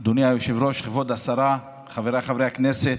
היושב-ראש, כבוד השרה, חבריי חברי הכנסת,